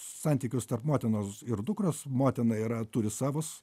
santykius tarp motinos ir dukros motina yra turi savus